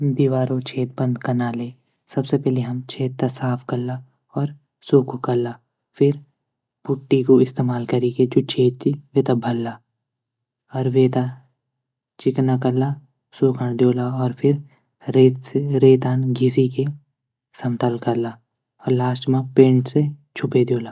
दीवारो छेद बंद कनाले सबसे पैली हम छेद तै साफ कला और सूखू कला फिर पुटटी क इस्तेमाल कैरी की जू छेद च वेथे भला। वेते चिकना कला सुखण दियोला फिर रेतन घिसी की समतल कला। लास्ट मा पेंट से छुपे दियोला।